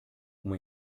uma